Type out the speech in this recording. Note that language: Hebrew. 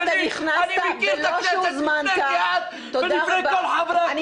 אני מכיר את הכנסת לפני שאת ולפני כל חברי הכנסת האלה.